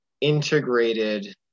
integrated